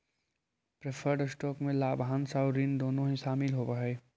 preferred stock में लाभांश आउ ऋण दोनों ही शामिल होवऽ हई